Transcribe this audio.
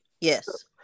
yes